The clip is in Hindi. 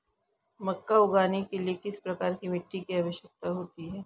मक्का उगाने के लिए किस प्रकार की मिट्टी की आवश्यकता होती है?